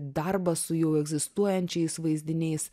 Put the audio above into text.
darbas su jau egzistuojančiais vaizdiniais